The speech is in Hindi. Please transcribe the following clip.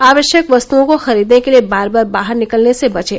आवश्यक वस्तुओं को खरीदने के लिए बार बार बाहर निकलने से बचें